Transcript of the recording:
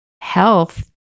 health